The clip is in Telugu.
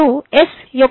ఇప్పుడు S